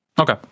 okay